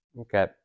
Okay